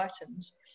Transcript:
items